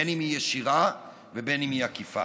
בין שהיא ישירה ובין שהיא עקיפה.